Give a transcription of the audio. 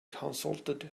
consulted